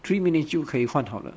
three minutes 就可以换好了